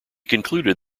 concluded